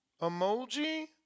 emoji